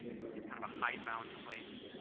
it's it's kind of a high bound place,